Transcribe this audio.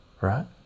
right